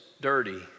dirty